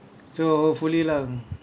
so hopefully lah